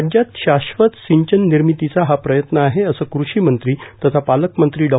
राज्यात शाश्वत सिंचन निर्मितीचा हा प्रयत्न आहे असे कृषी मंत्री तथा पालकमंत्री डॉ